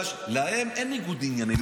להם אין ניגוד עניינים.